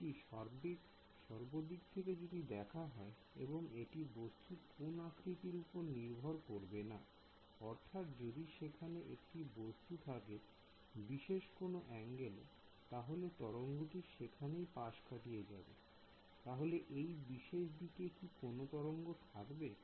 এটি সর্বদিকে যাবে এবং এটি বস্তুর কোন আকৃতির উপর নির্ভর করবে না I অর্থাৎ যদি সেখানে একটি বস্তু থাকে বিশেষ কোন অ্যাঙ্গেলে তাহলে তরঙ্গটি সেখানেই পাশ কাটিয়ে যাবে I তাহলে এই বিশেষ দিকে কি কোন তরঙ্গ থাকবে